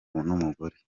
n’umugore